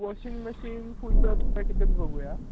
washing machine फुलच्यां ऑथमॅटिकच बघूया